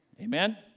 Amen